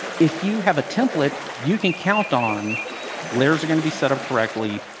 if you have a template, you can count on layers are going to be set up correctly.